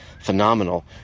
phenomenal